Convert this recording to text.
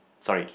sorry